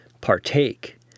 partake